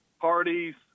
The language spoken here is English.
parties